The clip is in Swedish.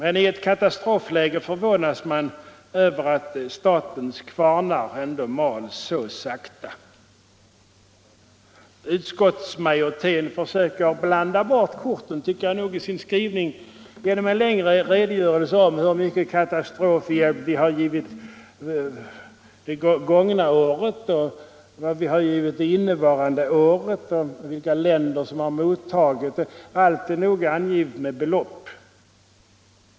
I ett katastrofläge förvånas man över att statens kvarnar ändå mal så sakta. I sin skrivning försöker utskottsmajoriteten blanda bort korten genom en längre redogörelse för hur stor katastrofhjälp som Sverige har lämnat under det gångna året och under innevarande år samt vilka mottagarländerna är. Allt är noggrant angivet med belopp.